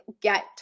get